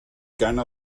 gonna